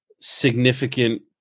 significant